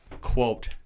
quote